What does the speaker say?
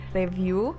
review